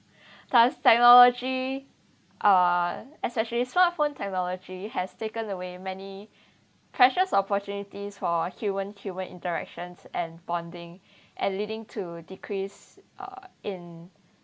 does technology uh especially smartphone technology has taken away many precious opportunities for human human interactions and bonding and leading to decreased uh in